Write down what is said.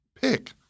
pick